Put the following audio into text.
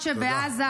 והחטופות שבעזה.